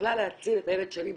יכלה להציל את הילד שלי במקרה,